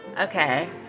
Okay